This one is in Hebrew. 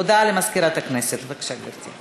הודעה למזכירת הכנסת, בבקשה, גברתי.